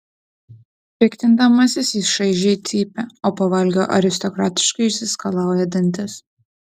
piktindamasis jis šaižiai cypia o po valgio aristokratiškai išsiskalauja dantis